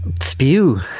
spew